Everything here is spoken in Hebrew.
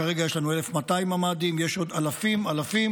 כרגע יש לנו 1,200 ממ"דים, יש עוד אלפים אלפים.